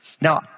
Now